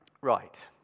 Right